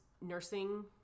nursing